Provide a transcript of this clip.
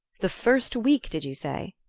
the first week, did you say?